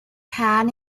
hand